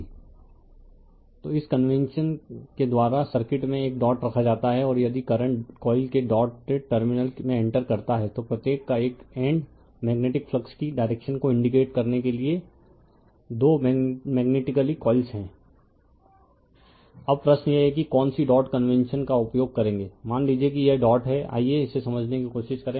refer slide time 0741 तो इस convention के द्वारा सर्किट में एक डॉट रखा जाता है और यदि करंट कॉइल के डॉटेड टर्मिनल में इंटर करता है तो प्रत्येक का एक एंड मेग्नेटिक फ्लक्स की डायरेक्शन को इंडीकेट करने के लिए दो मेग्नेटिकली कॉइल्स हैं अब प्रश्न यह है कि कौन सी डॉट कन्वेंशन का उपयोग करेगे मान लीजिए कि यह डॉट है आइए इसे समझने की कोशिश करें